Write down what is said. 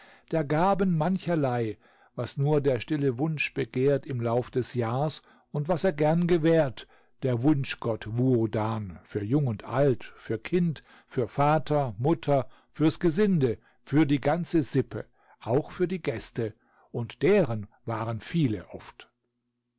t aben mancherlei was nur ber ftille sbunfch begehrt im sauf bes jahrs unb was er gern gewährt ber äßunfchgott sbuoban für jung unb alt für kinb für sßater eeutter fürs efütbe für bie gange sippe auch für bie äfte unb bereu waren oiele oft